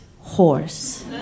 horse